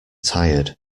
tired